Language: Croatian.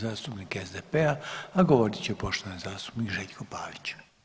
zastupnika SDP-a, a govorit će poštovani zastupnik Željko Pavić.